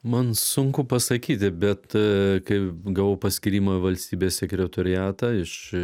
man sunku pasakyti bet kai gavau paskyrimą į valstybės sekretoriatą iš